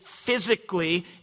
physically